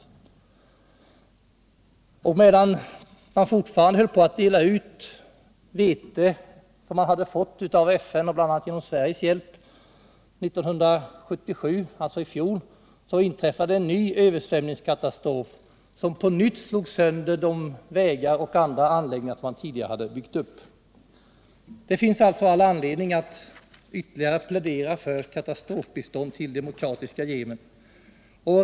Medan man under 1977 — alltså i fjol — fortfarande höll på att dela ut vete, som man hade fått av FN, bl.a. genom Sveriges hjälp, inträffade en ny översvämningskatastrof, som på nytt slog sönder de vägar och andra anläggningar som man tidigare hade byggt. Det finns alltså all anledning att plädera för ytterligare katastrofbistånd till Demokratiska folkrepubliken Yemen.